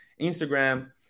Instagram